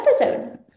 episode